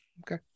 Okay